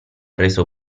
reso